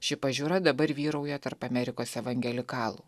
ši pažiūra dabar vyrauja tarp amerikos evangelikalų